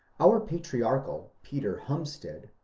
our patriarchal peter humstead,